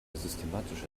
systematische